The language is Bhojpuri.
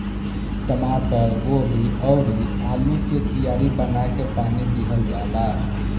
टमाटर, गोभी अउरी आलू के कियारी बना के पानी दिहल जाला